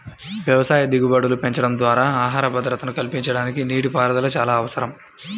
వ్యవసాయ దిగుబడులు పెంచడం ద్వారా ఆహార భద్రతను కల్పించడానికి నీటిపారుదల చాలా అవసరం